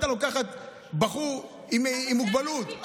הייתה לוקחת בחור עם מוגבלות,